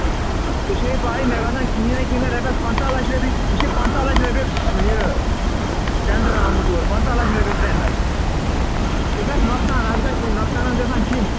ژےٚ چھےٚ پَے مےٚ باسان کِہیٖنٛۍ نٕے کِہیٖنٛۍ نٕے رۄپیَس پنٛژاہ لَچھ رۄپیہِ یہِ چھےٚ پنٛژاہ لَچھ رۄپیہِ یہِ ٹٮ۪نٛڈَر آمُت اورٕ پنٛژاہ لَچھ رۄپیہِ ٹٮ۪نٛڈَر یہِ گژھِ نۄقصان اَتھ گژھِ نۄقصانَس گژھان ژٕنۍ